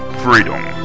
freedom